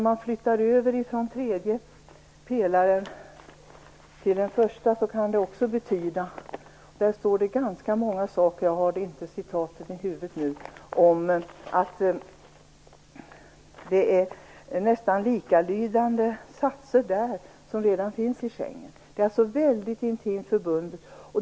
Man flyttar nu över det här från den tredje pelaren till den första, och där står det mycket - jag har inte citaten i huvudet nu - som är nästan likalydande med det som redan finns i Schengenavtalet. Det är alltså väldigt intimt förbundet.